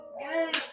Yes